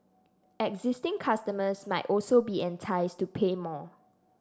existing customers might also be enticed to pay more